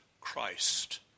Christ